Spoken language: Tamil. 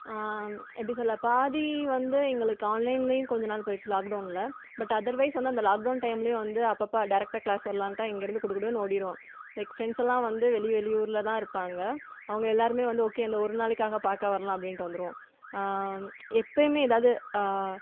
எப்படி சொல்ல பாதி வந்து எங்களுக்கு ஆன்லைன்லேயும் கொஞ்சநாள் போயிடுச்சு லாக் டௌனில் பட் அதர்வைஸ் வந்து அந்த லாக் டௌன் டைம்லேயும் வந்து அப்பப்போ டேரக்டாக கிளாஸ் வரலாம்ட்டா இங்கிருந்து குடுகுடுனு ஓடிடுவோம் லைக் ஃபிரண்ட்ஸெல்லாம் வந்து வெளி வெளியூரில்தான் இருப்பாங்க அவங்க எல்லோருமே வந்து ஓகே இந்த ஒரு நாளைக்காக பார்க்க வரலாம் அப்படின்ட்டு வந்துடுவோம் எப்பயுமே எதாவது